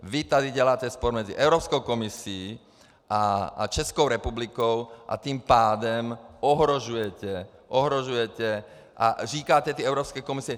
Vy tady děláte spor mezi Evropskou komisí a Českou republikou, a tím pádem ohrožujete, ohrožujete a říkáte Evropské komisi...